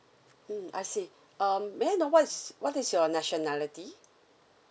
mm I see um may I know what is what is your nationality